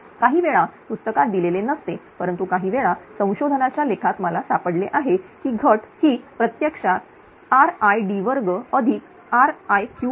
काहीवेळा पुस्तकात दिलेले नसते परंतु काही वेळा संशोधकांच्या लेखात मला सापडले आहे की घट की प्रत्यक्षात RId2RIq2आहे